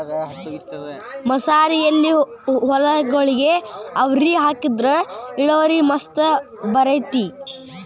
ಮಸಾರಿ ಎರಿಹೊಲಗೊಳಿಗೆ ಅವ್ರಿ ಹಾಕಿದ್ರ ಇಳುವರಿ ಮಸ್ತ್ ಬರ್ತೈತಿ